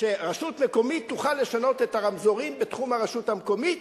שרשות מקומית תוכל לשנות את הרמזורים בתחום הרשות המקומית,